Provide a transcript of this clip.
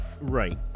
Right